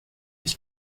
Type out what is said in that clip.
ich